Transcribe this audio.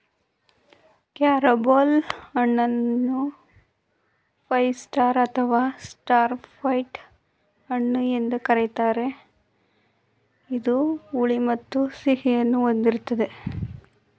carambola ಹಣ್ಣನ್ನು five star ಅಥವಾ star fruit ಹಣ್ಣು ಎಂದು ಕರಿತಾರೆ ಇದು ಹುಳಿ ಮತ್ತು ಸಿಹಿಯನ್ನು ಹೊಂದಿದೆ